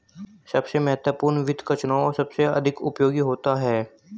सबसे महत्वपूर्ण वित्त का चुनाव सबसे अधिक उपयोगी होता है